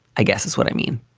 i guess that's what i mean.